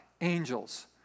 angels